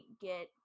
get